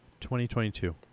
2022